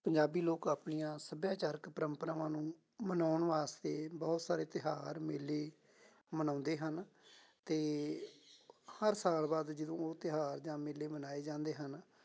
ਪੰਜਾਬੀ ਲੋਕ ਆਪਣੀਆਂ ਸੱਭਿਆਚਾਰਿਕ ਪਰੰਪਰਾਵਾਂ ਨੂੰ ਮਨਾਉਣ ਵਾਸਤੇ ਬਹੁਤ ਸਾਰੇ ਤਿਉਹਾਰ ਮੇਲੇ ਮਨਾਉਂਦੇ ਹਨ ਅਤੇ ਹਰ ਸਾਲ ਬਾਅਦ ਜਦੋਂ ਉਹ ਤਿਉਹਾਰ ਜਾਂ ਮੇਲੇ ਮਨਾਏ ਜਾਂਦੇ ਹਨ